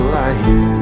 life